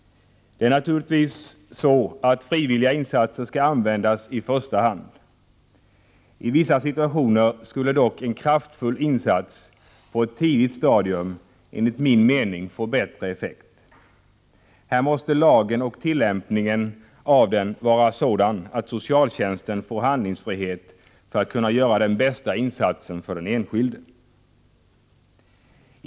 Det är naturligtvis så att frivilliga insatser skall användas i första hand. I vissa situationer skulle dock en kraftfull insats på ett tidigt stadium enligt min mening få bättre effekt. Här måste lagen, och tillämpningen av den, vara sådan att socialtjänsten får handlingsfrihet för att kunna göra den bästa insatsen för den enskilde.